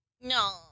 No